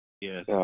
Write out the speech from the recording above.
Yes